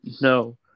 No